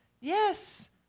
Yes